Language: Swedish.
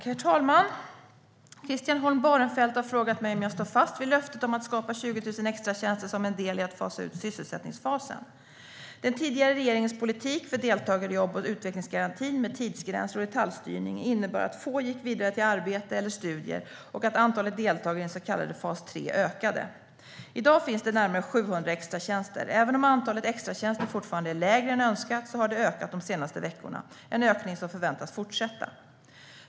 Herr talman! Christian Holm Barenfeld har frågat mig om jag står fast vid löftet att skapa 20 000 extratjänster som en del i att fasa ut sysselsättningsfasen. Den tidigare regeringens politik för deltagare i jobb och utvecklingsgarantin med tidsgränser och detaljstyrning innebar att få gick vidare till arbete eller studier och att antalet deltagare i den så kallade fas 3 ökade. I dag finns närmare 700 extratjänster. Även om antalet extratjänster fortfarande är lägre än önskat har det ökat de senaste veckorna - en ökning som förväntas fortsätta.